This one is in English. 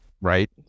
Right